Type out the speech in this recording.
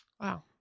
wow